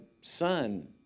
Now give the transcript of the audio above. son